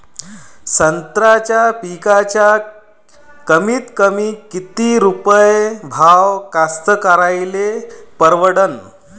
संत्र्याचा पिकाचा कमीतकमी किती रुपये भाव कास्तकाराइले परवडन?